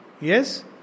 Yes